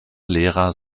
lehrer